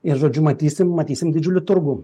ir žodžiu matysim matysim didžiulį turgų